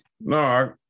no